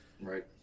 Right